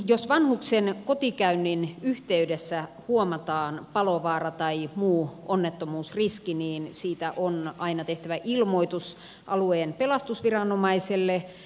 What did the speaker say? jos vanhuksen kotikäynnin yhteydessä huomataan palovaara tai muu onnettomuusriski niin siitä on aina tehtävä ilmoitus alueen pelastusviranomaiselle